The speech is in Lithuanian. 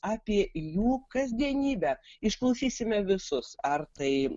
apie jų kasdienybę išklausysime visus ar tai